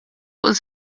fuq